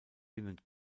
binnen